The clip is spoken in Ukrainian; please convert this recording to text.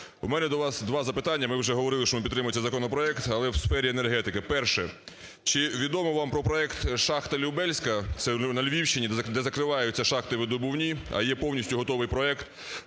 У мене до вас два запитання. Ми вже говорили, що ми підтримуємо цей законопроект, але у сфері енергетики. Перше. Чи відомо вам про проект "шахтаЛюбельська" - це на Львівщині, - де закриваються шахти видобувні, а є повністю готовий проект